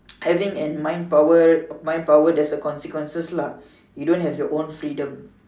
having a mind power mind power there's a consequences lah you don't have your own freedom